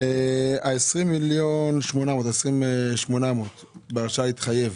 20.8 מיליון שקל בהרשאה להתחייב,